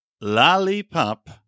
Lollipop